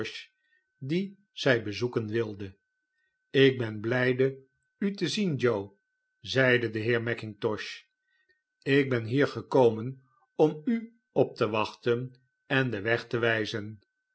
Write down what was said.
dien zij bezoeken wilden ik ben blijde u te zien joe zeidedeheer mackintosh ik ben hier gekomen om u op te wachten en den weg te wijzen